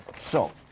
so,